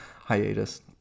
Hiatus